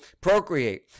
procreate